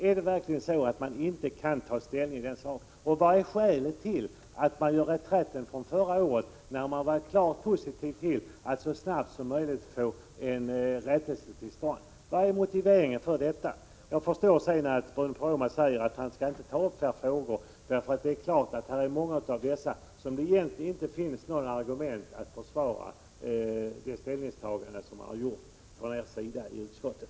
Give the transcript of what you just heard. Kan man verkligen inte ta ställning till den frågan? Vad är skälet till att man slår till reträtt från förra årets uttalande, då man var klart positiv till att så snabbt som möjligt få en rättelse till stånd? Vad är motiveringen till detta? Jag förstår att Bruno Poromaa inte skall ta upp fler frågor. Det är klart att det inte finns några argument för att försvara många av de ställningstaganden som gjorts från er sida i utskottet.